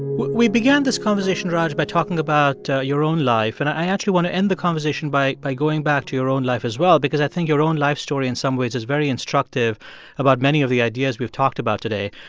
we began this conversation, raj, by talking about your own life. and i actually want to end the conversation by by going back to your own life, as well, because i think your own life story, in some ways, is very instructive about many of the ideas we've talked about today.